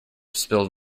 spilled